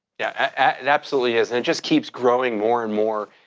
yeah, it absolutely is. and it just keeps growing more and more.